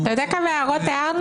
אתה יודע כמה הערות הערנו?